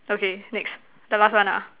okay next the last one ah